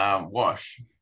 Wash